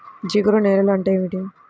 జిగురు నేలలు అంటే ఏమిటీ?